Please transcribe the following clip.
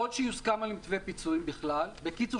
שיוסכם על מתווה פיצוי בכלל בקיצור,